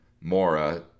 Mora